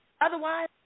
Otherwise